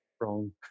wrong